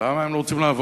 למה הם לא רוצים לעבוד?